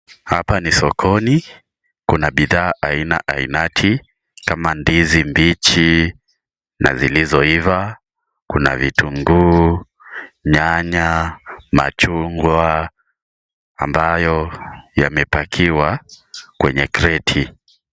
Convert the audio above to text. Hapa ni sokoni. Kuna bidhaa aina ainati kama ndizi mbichi na zilizoiva. Kuna vitunguu, nyanya, machungwa ambayo yamepakiwa kwenye kreti.